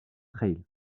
trail